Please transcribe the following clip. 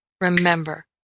remember